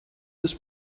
this